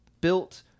built